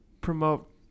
promote